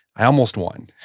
i almost won.